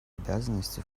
обязанности